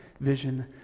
vision